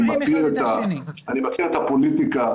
אני מכיר את הפוליטיקה,